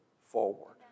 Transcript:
forward